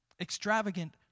Extravagant